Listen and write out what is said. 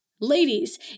ladies